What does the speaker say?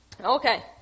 Okay